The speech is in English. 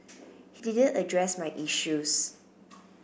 he didn't address my issues